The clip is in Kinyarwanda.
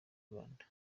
rwanda